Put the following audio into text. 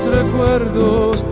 recuerdos